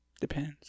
depends